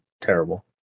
Terrible